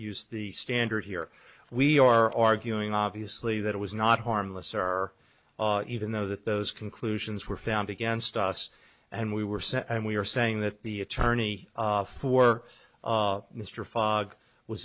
use the standard here we are arguing obviously that it was not harmless or even though that those conclusions were found against us and we were sent and we are saying that the attorney for mr fogg was